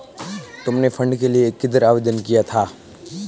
तुमने फंड के लिए किधर आवेदन किया था?